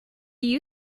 you